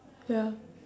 ya